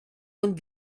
nun